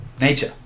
Nature